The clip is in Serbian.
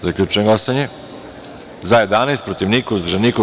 Zaključujem glasanje: za – 11, protiv – niko, uzdržanih – nema.